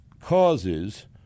causes